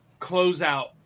closeout